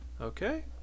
Okay